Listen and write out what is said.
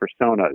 personas